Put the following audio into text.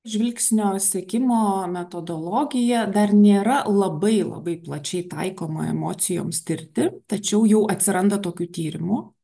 žvilgsnio sekimo metodologija dar nėra labai labai plačiai taikoma emocijoms tirti tačiau jau atsiranda tokių tyrimų